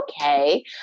Okay